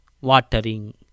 watering